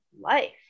life